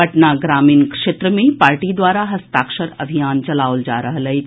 पटना ग्रामीण क्षेत्र मे पार्टी द्वारा हस्ताक्षर अभियान चलाओल जा रहल अछि